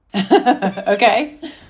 Okay